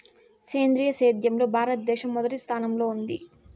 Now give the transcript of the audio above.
సేంద్రీయ సేద్యంలో భారతదేశం మొదటి స్థానంలో ఉంది